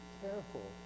careful